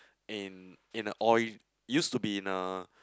in in a oil used to be in a